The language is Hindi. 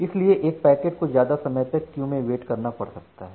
इसलिए एक पैकेट को ज्यादा समय तक क्यू में वेट करना पड़ सकता है